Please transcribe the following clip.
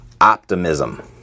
optimism